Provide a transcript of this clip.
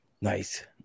Nice